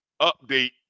update